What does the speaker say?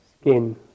skin